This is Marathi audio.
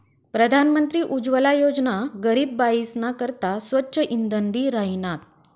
प्रधानमंत्री उज्वला योजना गरीब बायीसना करता स्वच्छ इंधन दि राहिनात